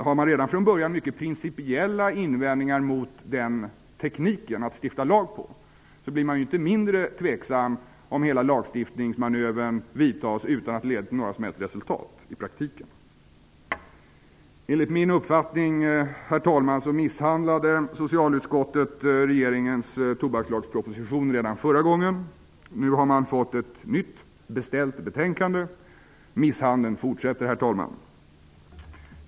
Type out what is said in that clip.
Har man redan från början mycket principiella invändningar mot den tekniken att stifta lag på, blir man inte mindre tveksam om hela lagstiftningsmanövern vidtas utan att det leder till några som helst resultat i praktiken. Enligt min uppfattning misshandlade socialutskottet regeringens tobakslagsproposition redan förra gången. Nu har man fått ett nytt beställt betänkande. Misshandeln fortsätter, herr talman.